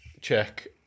check